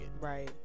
Right